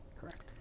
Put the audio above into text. correct